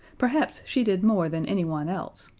perhaps she did more than anyone else,